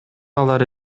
алар